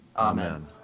Amen